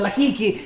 like kiki,